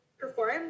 perform